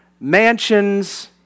Mansions